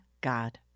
God